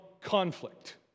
conflict